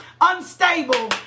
unstable